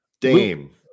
Dame